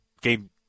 Game